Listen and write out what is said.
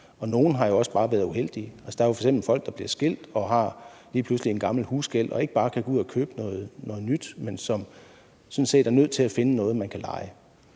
Og nogle har også bare været uheldige. Der er f.eks. folk, der bliver skilt og lige pludselig har en gammel husgæld, og som ikke bare kan gå ud og købe noget nyt, men sådan set er nødt til at finde noget, de kan leje.